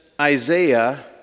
Isaiah